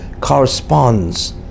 corresponds